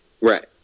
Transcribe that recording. Right